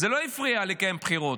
זה לא הפריע לקיים בחירות,